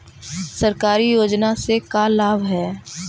सरकारी योजना से का लाभ है?